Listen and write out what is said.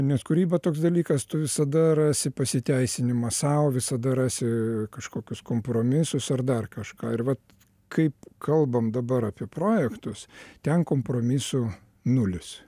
nes kūryba toks dalykas tu visada rasi pasiteisinimą sau visada rasi kažkokius kompromisus ar dar kažką ir vat kaip kalbam dabar apie projektus ten kompromisų nulis